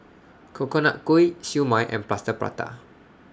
Coconut Kuih Siew Mai and Plaster Prata